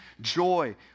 joy